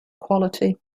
quality